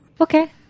Okay